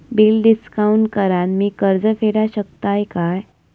Bill discount करान मी कर्ज फेडा शकताय काय?